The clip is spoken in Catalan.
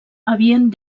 havien